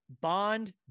bond